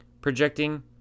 projecting